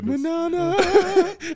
Manana